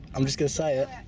i'm just gonna say it.